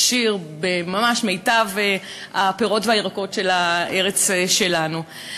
עשיר במיטב הפירות והירקות של הארץ שלנו.